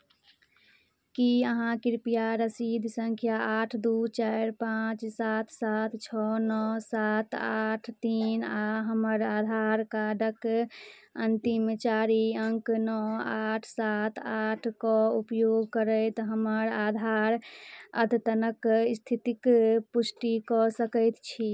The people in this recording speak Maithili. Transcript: की अहाँ कृपया रसीद सङ्ख्या आठ दू चारि पाँच सात सात छओ नओ सात आठ तीन आ हमर आधार कार्डक अन्तिम चारि अंक नओ आठ सात आठके उपयोग करैत हमर आधार अद्यतनक स्थितिक पुष्टि कऽ सकैत छी